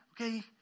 okay